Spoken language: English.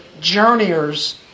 journeyers